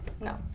No